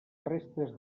restes